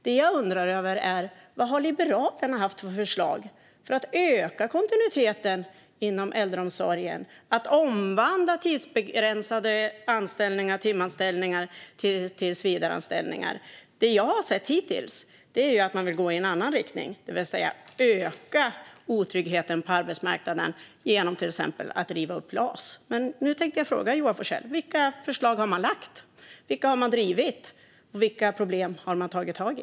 Det jag undrar är: Vilka förslag har Liberalerna haft för att öka kontinuiteten inom äldreomsorgen och för att omvandla tidsbegränsade anställningar och timanställningar till tillsvidareanställningar? Det jag har sett hittills är att man vill gå i en annan riktning, det vill säga öka otryggheten på arbetsmarknaden genom att till exempel riva upp LAS. Men nu tänkte jag fråga Joar Forssell: Vilka förslag har man lagt fram? Vilka förslag har man drivit? Vilka problem har man tagit tag i?